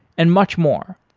and much more.